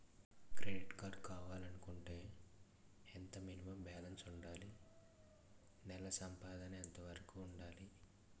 Credit card కావాలి అనుకుంటే ఎంత మినిమం బాలన్స్ వుందాలి? నెల సంపాదన ఎంతవరకు వుండాలి?